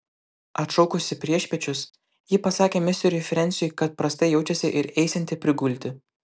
atšaukusi priešpiečius ji pasakė misteriui frensiui kad prastai jaučiasi ir eisianti prigulti